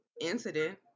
incident